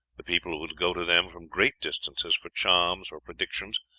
the people would go to them from great distances for charms or predictions,